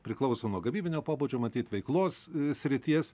priklauso nuo gamybinio pobūdžio matyt veiklos srities